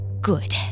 Good